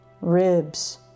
ribs